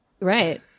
right